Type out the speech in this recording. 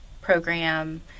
program